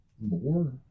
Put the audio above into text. more